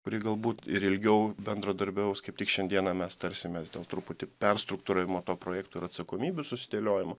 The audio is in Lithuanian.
kuri galbūt ir ilgiau bendradarbiaus kaip tik šiandieną mes tarsimės dėl truputį perstruktūravimo to projekto ir atsakomybių susidėliojimo